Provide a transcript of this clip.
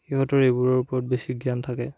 সিহঁতৰ এইবোৰৰ ওপৰত বেছি জ্ঞান থাকে